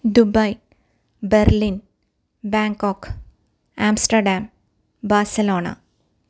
Dubai Berlin Bangkok Amsterdam Barcelona